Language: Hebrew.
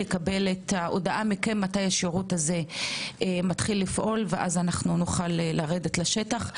לקבל את ההודעה מתי השירות הזה מתחיל לפעול ואז נוכל לרדת לשטח.